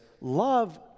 love